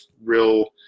real